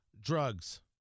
drugs